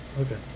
Okay